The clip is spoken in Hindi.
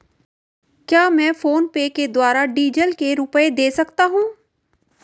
क्या मैं फोनपे के द्वारा डीज़ल के रुपए दे सकता हूं?